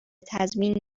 تضمین